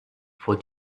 for